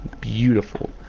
beautiful